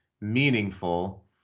meaningful